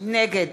נגד